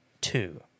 Two